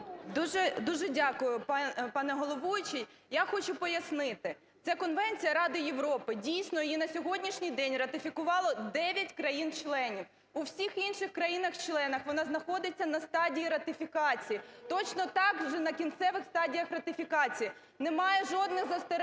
Дуже дякую, пане головуючий. Я хочу пояснити. Це конвенція Ради Європи. дійсно, її на сьогоднішній день ратифікували 9 країн-членів. У всіх інших країнах-членах вона знаходиться на стадії ратифікації, точно так же на кінцевих стадіях ратифікації. Немає жодних застережень